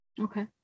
Okay